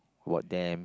about them